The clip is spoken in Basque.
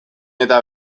eta